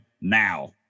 Now